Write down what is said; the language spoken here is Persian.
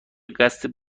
قصد